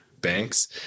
banks